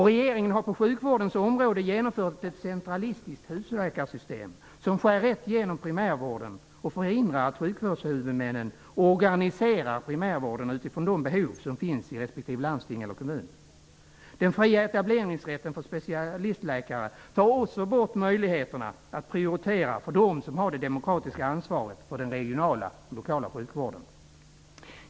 Regeringen har på sjukvårdens område genomfört ett centralistiskt husläkarsystem som skär rätt igenom primärvården och förhindrar att sjukvårdshuvudmännen organiserar primärvården utifrån de behov som finns i respektive landsting eller kommun. Den fria etableringsrätten för specialistläkare tar också bort möjligheterna att prioritera för dem som har det demokratiska ansvaret för den regionala och lokala sjukvården.